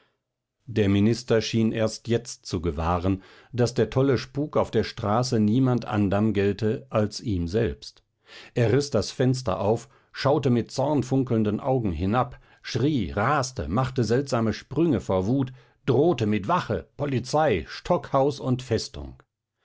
der minister schien erst jetzt zu gewahren daß der tolle spuk auf der straße niemand anderm gelte als ihm selbst er riß das fenster auf schaute mit zornfunkelnden augen hinab schrie raste machte seltsame sprünge vor wut drohte mit wache polizei stockhaus und festung